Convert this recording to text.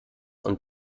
und